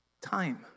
time